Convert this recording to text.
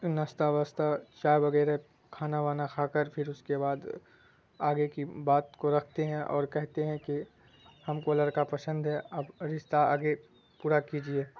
نشستہ وستہ چائے وغیرہ کھانا وانا کھا کر پھر اس کے بعد آگے کی بات کو رکھتے ہیں اور کہتے ہیں کہ ہم کو لڑکا پسند ہے اب رشتہ آگے پورا کیجیے